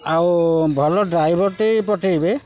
ଆଉ ଭଲ ଡ୍ରାଇଭର୍ଟେ ପଠେଇବେ